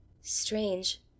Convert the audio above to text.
Strange